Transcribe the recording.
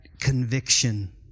conviction